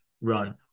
run